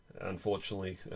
unfortunately